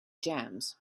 jams